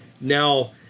now